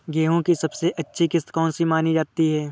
गेहूँ की सबसे अच्छी किश्त कौन सी मानी जाती है?